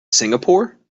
singapore